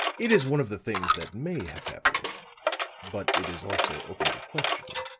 it is one of the things that may have happened but it is also open to question.